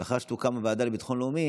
לאחר שתוקם הוועדה לביטחון לאומי